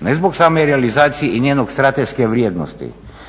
ne zbog same realizacije i njene strateške vrijednosti